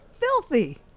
filthy